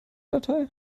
datei